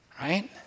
Right